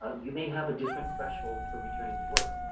ah you may have a different threshold for returning to work.